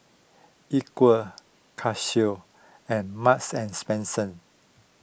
Equal Casio and Marks and Spencer